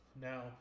Now